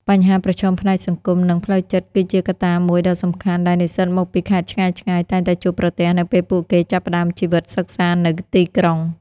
បញ្ហាប្រឈមផ្នែកសង្គម និងផ្លូវចិត្តគឺជាកត្តាមួយដ៏សំខាន់ដែលនិស្សិតមកពីខេត្តឆ្ងាយៗតែងតែជួបប្រទះនៅពេលពួកគេចាប់ផ្ដើមជីវិតសិក្សានៅទីក្រុង។